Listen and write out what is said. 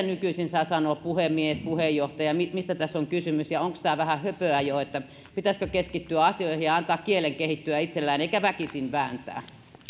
nykyisin saa sanoa puhemies puheenjohtaja mistä mistä tässä on kysymys ja onko tämä vähän höpöä jo että pitäisikö keskittyä asioihin ja antaa kielen kehittyä itsestään eikä väkisin vääntää